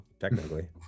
technically